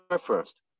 first